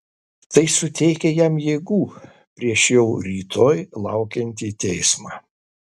tai suteikia jam jėgų prieš jau rytoj laukiantį teismą